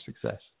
success